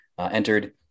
entered